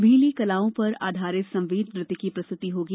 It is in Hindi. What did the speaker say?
भीली कलाओं आधारित समवेत नृत्य की प्रस्तृती होगी